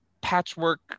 patchwork